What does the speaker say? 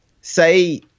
say